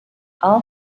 all